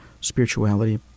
spirituality